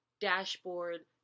dashboard